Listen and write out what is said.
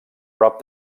prop